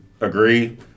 agree